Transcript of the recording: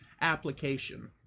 application